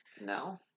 No